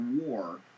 war